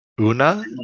Una